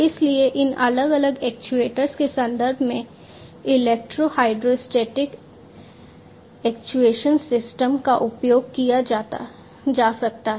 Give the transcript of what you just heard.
इसलिए इन अलग अलग एक्ट्यूएटर्स के संदर्भ में इलेक्ट्रो हाइड्रोस्टेटिक एक्टीवेशन सिस्टम का उपयोग किया जा सकता है